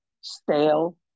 stale